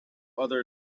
other